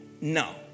no